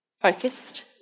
Focused